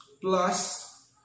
Plus